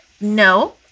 no